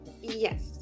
Yes